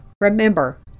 Remember